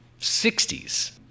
60s